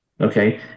Okay